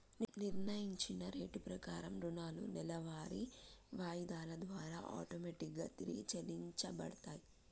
నిర్ణయించిన రేటు ప్రకారం రుణాలు నెలవారీ వాయిదాల ద్వారా ఆటోమేటిక్ గా తిరిగి చెల్లించబడతయ్